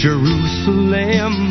Jerusalem